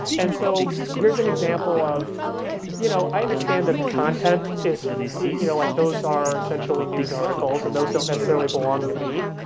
and so here's an example of you know i understand the content is you know like those are essentially news articles, and those don't necessarily belong to me.